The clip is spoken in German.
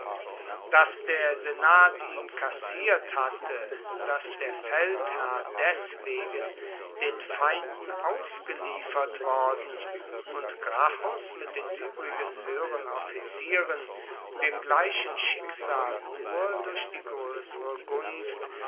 daß der senat ihn kassiert hatte daß der feldherr deswegen den feinden ausgeliefert worden und gracchus mit den übrigen höheren offizieren dem gleichen schicksal nur durch die größere gunst